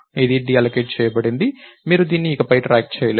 ఇది డీఅల్లోకేట్ చేయబడింది మీరు దీన్ని ఇకపై ట్రాక్ చేయలేరు